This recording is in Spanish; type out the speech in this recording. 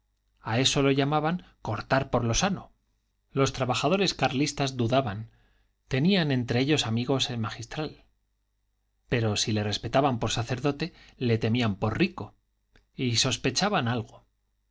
a esto lo llamaban cortar por lo sano los trabajadores carlistas dudaban tenía entre ellos amigos el magistral pero si le respetaban por sacerdote le temían por rico y sospechaban algo